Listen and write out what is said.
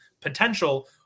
potential